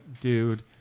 dude